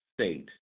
State